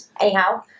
Anyhow